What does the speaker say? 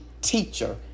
teacher